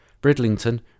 Bridlington